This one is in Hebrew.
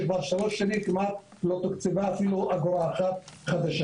שכבר כמעט שלוש שנים לא תוקצבה אפילו אגורה אחת חדשה,